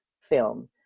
film